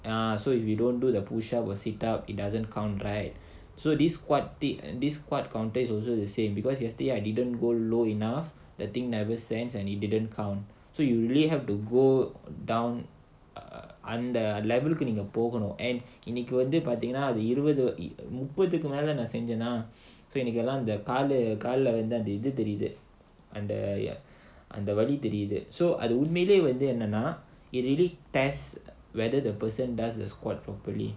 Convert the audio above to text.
ah so if you don't do the push up or sit up it doesn't count right so this squat thick this squat counter is also the same because yesterday I didn't go low enough thing never sense and it didn't count so you really have to go down under level கு நீங்க போகனும் இன்னைக்கு வந்து பார்த்தீங்கன்னா இருபது முப்பதுக்கு மேல நான் செய்தேனா எனக்கு கால்ல வந்து அந்த இது தெரியுது வலி தெரியுது:neenga poganum innaikku vandhu partheenganaa irubathu mupathukku mela naan seithaenaa enakku kaala vandhu andha idhu theriyuthu vali theriyuthu it really test whether the person does the squat properly